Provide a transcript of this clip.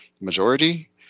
majority